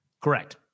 Correct